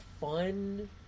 fun